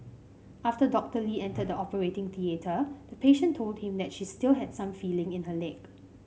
after Doctor Lee entered the operating theatre the patient told him that she still had some feeling in her leg